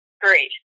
great